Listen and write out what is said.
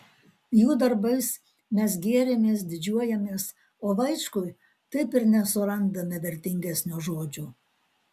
jų darbais mes gėrimės didžiuojamės o vaičkui taip ir nesurandame vertingesnio žodžio